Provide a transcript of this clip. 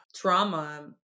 trauma